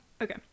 Okay